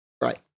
Right